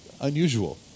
unusual